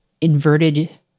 inverted